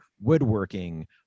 woodworking